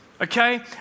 okay